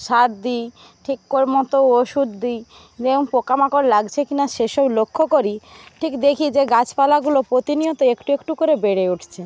সার দিই ঠিক মতো ওষুধ দিই এবং পোকামাকড় লাগছে কিনা সে সব লক্ষ্য করি ঠিক দেখি যে গাছপালাগুলো প্রতিনিয়ত একটু একটু করে বেড়ে উঠছে